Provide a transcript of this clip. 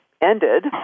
ended